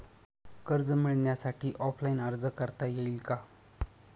कर्ज मिळण्यासाठी ऑफलाईन अर्ज करता येईल का?